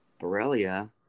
Borrelia